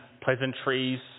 pleasantries